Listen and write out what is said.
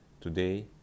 Today